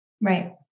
Right